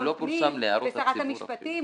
באישור המשרד לביטחון פנים ושרת המשפטים.